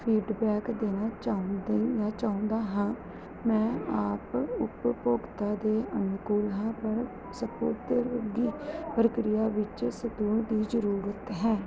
feedback ਦੇਣਾ ਚਾਹੁੰਦੀ ਚਾਹੁੰਦਾ ਹਾਂ ਮੈਂ ਆਪ ਉਪਭੋਗਤਾ ਦੇ ਅਨੁਕੂਲ ਹਾਂ ਪਰ ਸਪੁਰਦਗੀ ਪ੍ਰਕਿਰਿਆ ਵਿੱਚ ਸੁਧਾਰ ਦੀ ਜ਼ਰੂਰਤ ਹੈ